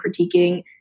critiquing